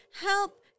help